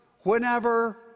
whenever